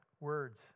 words